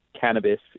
cannabis